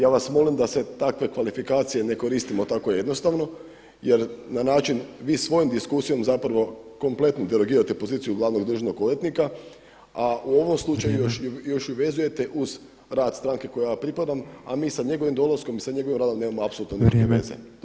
Ja vas molim da se takve kvalifikacije ne koristimo tako jednostavno, jer na način vi svojom diskusijom zapravo kompletno derogirate poziciju glavnog državnog odvjetnika, a u ovom slučaju još [[Upadica predsjednik: Vrijeme.]] ju vezujete uz rad stranke kojoj ja pripadam, a mi sa njegovim dolaskom i sa njegovim radom nemamo apsolutno nikakve veze [[Upadica predsjednik: Vrijeme.]] To sam samo htio reći.